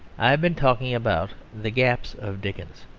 i have been talking about the gaps of dickens.